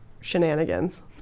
shenanigans